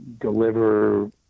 deliver